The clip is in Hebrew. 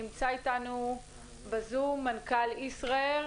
נמצא אתנו בזום מנכ"ל ישראייר.